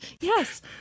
Yes